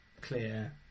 clear